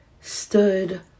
stood